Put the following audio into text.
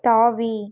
தாவி